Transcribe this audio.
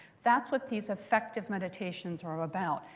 that's what these affective meditations are about.